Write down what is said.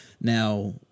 Now